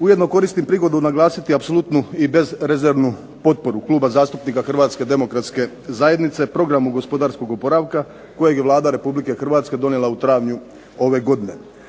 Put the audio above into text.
Ujedno koristim prigodu naglasiti apsolutnu i bezrezervnu potporu Kluba zastupnika Hrvatske demokratske zajednice Programom gospodarskog oporavka kojeg je Vlada Republike Hrvatske donijela u travnju ove godine.